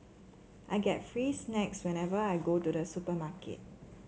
I get free snacks whenever I go to the supermarket